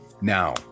Now